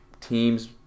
teams